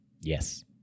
Yes